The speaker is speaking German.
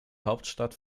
hauptstadt